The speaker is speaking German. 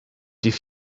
die